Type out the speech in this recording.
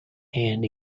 hand